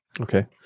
Okay